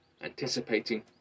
anticipating